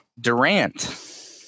Durant